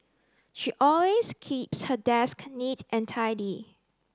she always keeps her desk neat and tidy